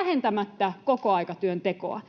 vähentämättä kokoaikatyön tekoa.